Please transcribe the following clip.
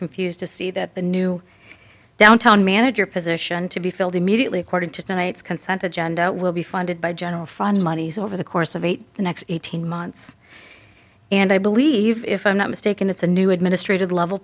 confused to see that the new downtown manager position to be filled immediately according to tonight's consent agenda will be funded by general fund monies over the course of eight the next eighteen months and i believe if i'm not mistaken it's a new administrative level